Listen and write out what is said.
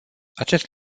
acest